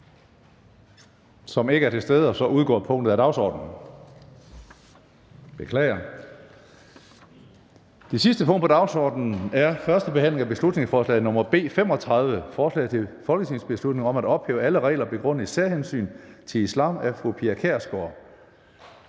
ikke er til stede, udgår punktet af dagsordenen. --- Det sidste punkt på dagsordenen er: 3) 1. behandling af beslutningsforslag nr. B 35: Forslag til folketingsbeslutning om at ophæve alle regler begrundet i særhensyn til islam. Af Pia Kjærsgaard